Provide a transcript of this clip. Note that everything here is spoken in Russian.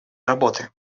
работы